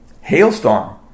hailstorm